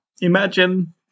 Imagine